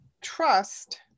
trust